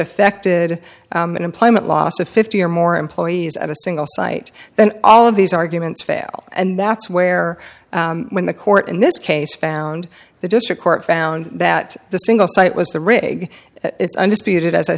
affected an employment loss of fifty or more employees at a single site then all of these arguments fail and that's where when the court in this case found the district court found that the single site was the rig it's undisputed as i